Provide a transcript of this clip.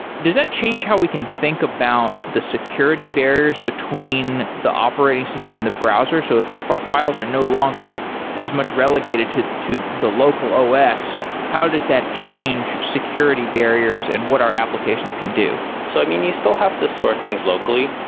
does that change how we can think about the security barriers between the operating system in the browser? so if if our files are no longer as much relegated to to the local os, how does that change security barriers and what our applications can do? so i mean, you still have to store things locally.